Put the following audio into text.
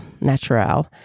natural